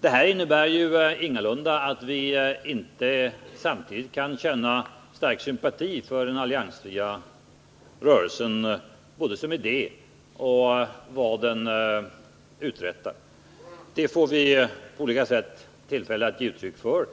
Detta innebär ingalunda att vi inte samtidigt kan känna stark sympati för den alliansfria rörelsen, både såsom idé och när det gäller vad den har uträttat. Det får vi på olika sätt tillfälle att ge uttryck för.